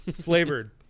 flavored